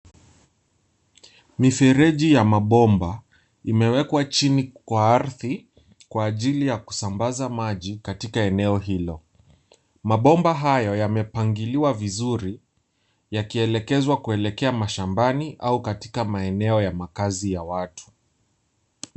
Mifireji ya mabomba imewekwa chini kwa ardhi kwa ajili ya kusambaza maji katika eneo hilo. Mabomba hayo yamepangiliwa vizuri yakielekezwa kulekea mashambani au katika maeneo ya makazi ya watu.